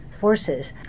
forces